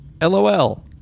LOL